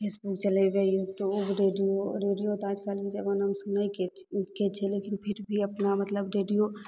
Facebook चलैबे YouTube radio radio तऽ आजकल जमानामे सुनैके छै के छै लेकिन फिर भी अपना मतलब रेडियो